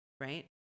right